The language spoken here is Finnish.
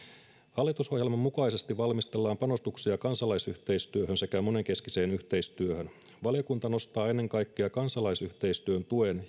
hallitusohjelman mukaisesti valmistellaan panostuksia kansalaisyhteistyöhön sekä monenkeskiseen yhteistyöhön valiokunta nostaa esiin ennen kaikkea kansalaisyhteistyön tuen